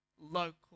local